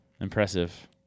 Impressive